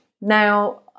Now